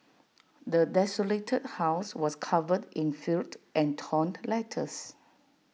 the desolated house was covered in filth and torn letters